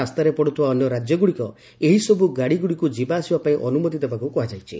ରାସ୍ତାରେ ପଡ଼ୁଥିବା ଅନ୍ୟ ରାଜ୍ୟଗୁଡ଼ିକ ଏହିସବୁ ଗାଡ଼ିଗୁଡ଼ିକୁ ଯିବାଆସିବା ପାଇଁ ଅନୁମତି ଦେବାକୁ କୁହାଯାଇଛି